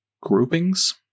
Groupings